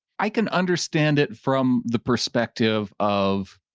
i can understand it from the perspective of,